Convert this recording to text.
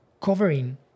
covering